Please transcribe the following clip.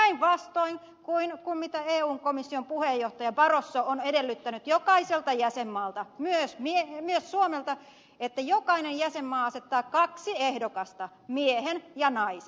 tämä on päinvastoin mitä eun komission puheenjohtaja barroso on edellyttänyt jokaiselta jäsenmaalta myös suomelta että jokainen jäsenmaa asettaa kaksi ehdokasta miehen ja naisen